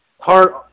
hard